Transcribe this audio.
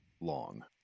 long